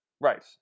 Right